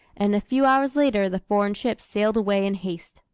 and a few hours later the foreign ships sailed away in haste.